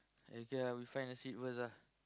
okay lah we find a seat first ah